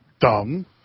dumb